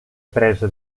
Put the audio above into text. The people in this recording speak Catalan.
presa